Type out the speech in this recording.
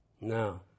Now